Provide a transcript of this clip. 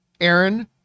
aaron